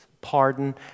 pardon